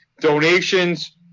donations